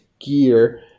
gear